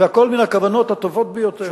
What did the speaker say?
והכול מהכוונות הטובות ביותר.